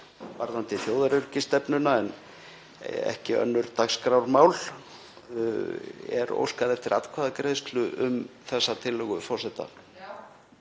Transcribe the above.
varðandi þjóðaröryggisstefnuna en ekki önnur dagskrármál. Er óskað eftir atkvæðagreiðslu um þessa tillögu forseta?